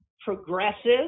progressive